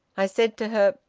i said to her,